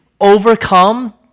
overcome